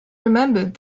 remembered